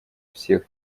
всех